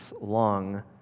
long